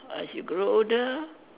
as you grow older